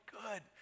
good